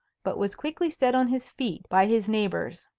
but was quickly set on his feet by his neighbours.